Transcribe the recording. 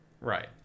Right